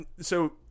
So-